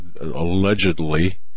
allegedly